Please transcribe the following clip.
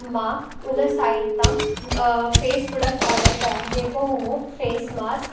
मां उन साइट तां फेस प्रोडक्ट्स ऑर्डर कया जेको हुयो फेस मास्क